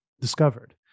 discovered